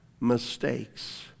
mistakes